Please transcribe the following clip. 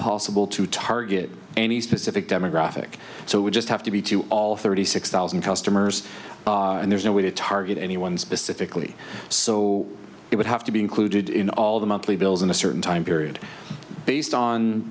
possible to target any specific demographic so we just have to be to all thirty six thousand customers and there's no way to target anyone specifically so it would have to be included in all the monthly bills in a certain time period based on